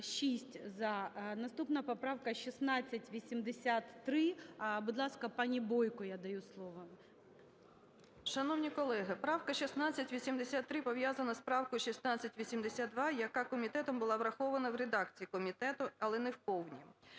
Шановні колеги, правка 1683 пов'язана з правкою 1682, яка комітетом була врахована в редакції комітету, але не в повній.